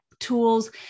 tools